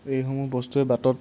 এইসমূহ বস্তুৱেই বাটত